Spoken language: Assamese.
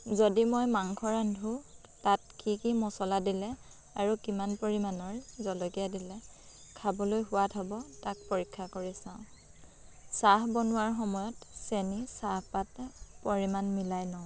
যদি মই মাংস ৰান্ধোঁ তাত কি কি মচলা দিলে আৰু কিমান পৰিমাণৰ জলকীয়া দিলে খাবলৈ সোৱাদ হ'ব তাক পৰীক্ষা কৰি চাওঁ চাহ বনোৱাৰ সময়ত চেনি চাহপাত পৰিমাণ মিলাই লওঁ